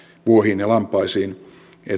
vuohiin ja lampaisiin